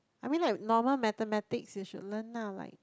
I mean like normal mathematics you should learn lah right